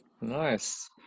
Nice